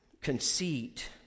Conceit